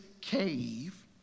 cave